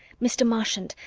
mr. marchant,